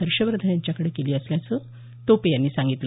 हर्षवर्धन यांच्याकडे केली असल्याचं टोपे यांनी सांगितलं